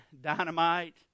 Dynamite